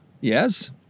Yes